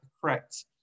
correct